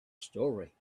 story